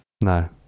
no